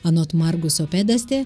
anot marguso pedastė